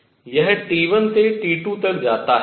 यह T1 से T2 तक जाता है